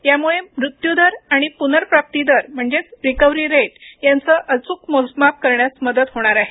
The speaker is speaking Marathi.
यामुळे मृत्यूदर आणि पुनर्प्राप्ती दर रिकव्हरी रेट यांचे अचूक मोजमाप करण्यास मदत होणार आहे